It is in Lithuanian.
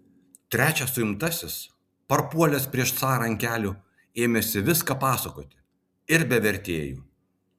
trečias suimtasis parpuolęs prieš carą ant kelių ėmėsi viską pasakoti ir be vertėjų